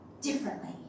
differently